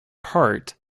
part